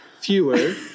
Fewer